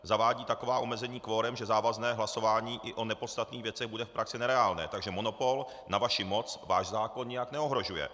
Zavádí taková omezení kvorem, že závazné hlasování i o nepodstatných věcech bude v praxi nereálné, takže monopol na vaši moc váš zákon nijak neohrožuje.